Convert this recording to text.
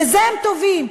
לזה הם טובים,